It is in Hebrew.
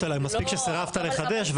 זה לא סירוב לחידוש.